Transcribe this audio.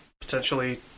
potentially